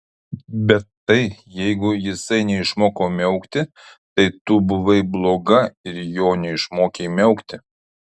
bet tai jeigu jisai neišmoko miaukti tai tu buvai bloga ir jo neišmokei miaukti